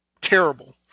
terrible